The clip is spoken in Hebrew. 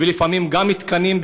ולפעמים גם מתקנים,